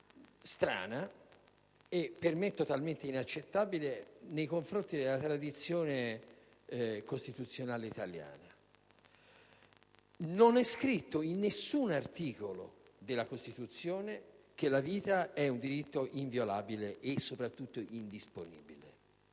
strana e, per me, totalmente inaccettabile nei confronti della tradizione costituzionale italiana. Non è scritto in nessun articolo della Costituzione che la vita è un diritto inviolabile e, soprattutto, indisponibile.